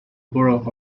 borough